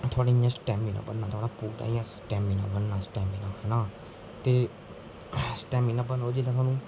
थुआढ़ा इ'यां स्टैमिना बनना इ'यां पूरा इ'यां स्टैमिना बनना ते स्टैमिना बनना जेह्दे